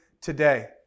today